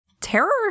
Terror